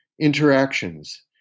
interactions